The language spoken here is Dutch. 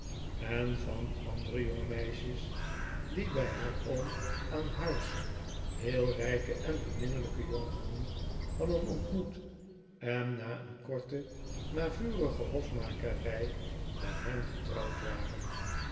en van andere jonge meisjes die bij haar oom aan huis heel rijke en heminnelijke jongemannen hadden ontmoet en na een korte maar vurige hofmakerij met hen getrouwd waren